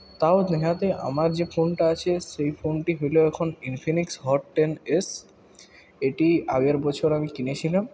তাও নেহাতই আমার যে ফোনটা আছে সেই ফোনটি হল এখন ইনফিনিক্স হট টেন এস এটি আগের বছর আমি কিনেছিলাম